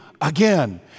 again